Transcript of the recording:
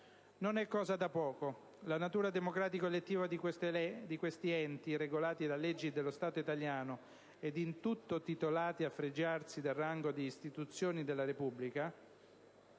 Non è cosa da poco. La natura democratico-elettiva di questi enti, regolati da leggi dello Stato italiano ed in tutto titolati a fregiarsi del rango di istituzioni della Repubblica